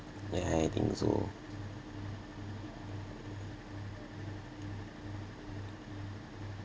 yeah I think so